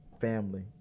family